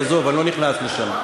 עזוב, אני לא נכנס לשם.